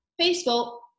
Facebook